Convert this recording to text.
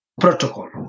protocol